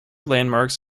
landmarks